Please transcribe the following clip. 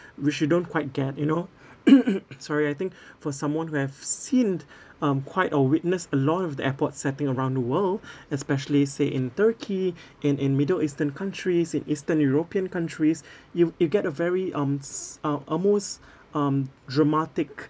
which you don't quite get you know sorry I think for someone who have seen um quite or witnessed a lot of the airport setting around the world especially say in turkey in in middle eastern countries in eastern european countries you you get a very um s~ uh almost um dramatic